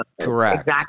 Correct